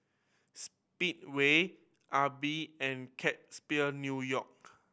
Speedway Aibi and Kate Spade New York